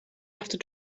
after